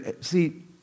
See